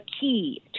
key